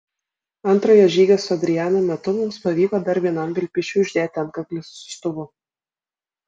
antrojo žygio su adriana metu mums pavyko dar vienam vilpišiui uždėti antkaklį su siųstuvu